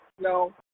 No